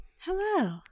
Hello